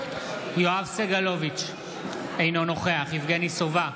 יואב סגלוביץ' אינו נוכח יבגני סובה,